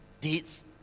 deeds